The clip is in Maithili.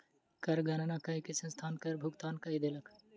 कर गणना कय के संस्थान कर भुगतान कय देलक